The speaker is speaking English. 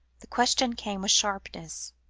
the question came with sharpness.